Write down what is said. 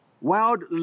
wild